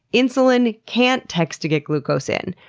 insulin can't text to get glucose in.